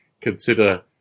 consider